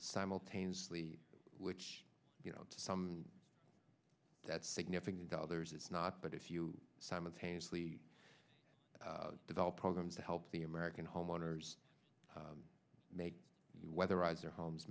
simultaneously which you know some that's significant others it's not but if you simultaneously develop programs to help the american homeowners make whether rides or homes